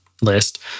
list